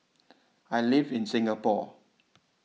I live in Singapore